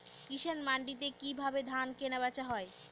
কৃষান মান্ডিতে কি ভাবে ধান কেনাবেচা হয়?